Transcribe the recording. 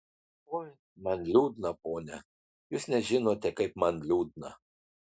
oi man liūdna pone jūs nežinote kaip man liūdna